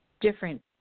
different